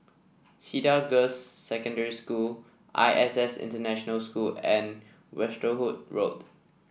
Cedar Girls' Secondary School I S S International School and Westerhout Road